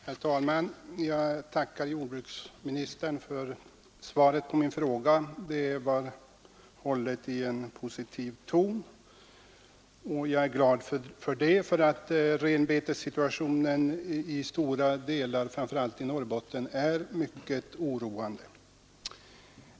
Herr talman! Jag tackar jordbruksministern för svaret på min fråga. Det var hållet i en positiv ton. Jag är glad för detta därför att renbetessituationen är i stora delar av främst Norrbotten mycket oroande.